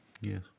Yes